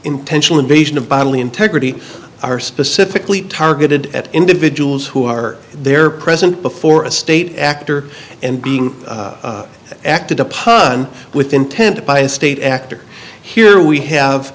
intentional invasion of bodily integrity are specifically targeted at individuals who are there present before a state actor and being acted upon with intent by a state actor here we have